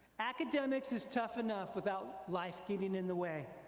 academics is tough enough without life getting in the way,